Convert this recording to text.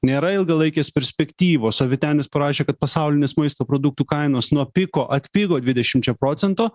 nėra ilgalaikės perspektyvos o vytenis parašė kad pasaulinės maisto produktų kainos nuo piko atpigo dvidešimčia procentų